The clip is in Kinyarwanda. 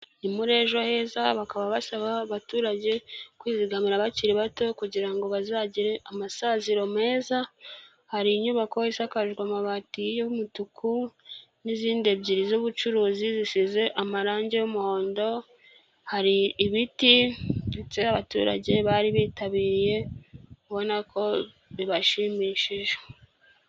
Ni muri ejo heza, bakaba basaba abaturage kwizigamira bakiri bato kugira ngo bazagire amasaziro meza, hari inyubako isakajwe amabati y'umutuku n'izindi ebyiri z'ubucuruzi zisize amarangi y'umuhondo, hari ibiti ndetse abaturage bari bitabiriye ubona ko bibashimishije.